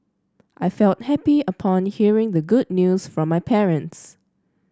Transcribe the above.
I felt happy upon hearing the good news from my parents